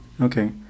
Okay